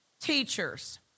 teachers